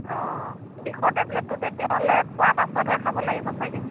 অঁ বিষৰ টেবলেটটো তেতিয়াহ'লে খোৱাৰ পাছতহে খাব লাগিব ছাগৈ